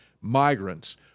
migrants